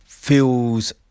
Feels